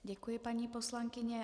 Děkuji, paní poslankyně.